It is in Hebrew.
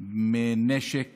מנשק